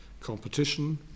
competition